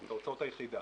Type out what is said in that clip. את הוצאות היחידה.